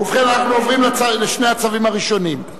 ובכן, אנחנו עוברים לשני הצווים הראשונים.